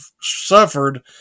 suffered